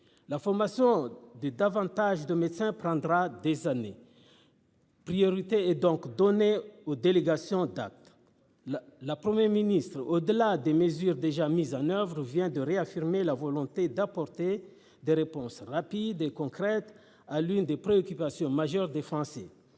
La formation des davantage de médecins prendra des années. Priorité est donc donnée aux délégations date. La la Premier ministre, au-delà des mesures déjà mises en oeuvre vient de réaffirmer la volonté d'apporter des réponses rapides et concrètes à l'une des préoccupations majeures des Français.